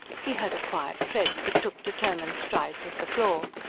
he had a quiet tread, but took determined strides at the floor.